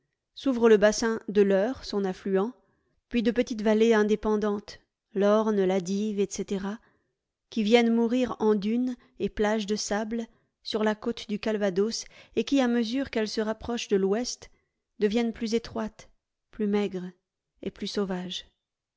s'ouvrent le bassin de l'eure son affluent puis de petites vallées indépendantes l'orne la dive etc qui viennent mourir en dunes et plages de sable sur la côte du calvados et qui à mesure qu'elles se rapprochent de l'ouest deviennent plus étroites plus maigres et plus sauvages